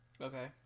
Okay